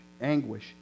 anguish